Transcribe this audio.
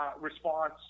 Response